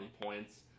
points